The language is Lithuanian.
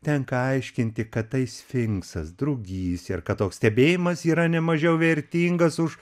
tenka aiškinti kad tai sfinksas drugys ir kad toks stebėjimas yra ne mažiau vertingas už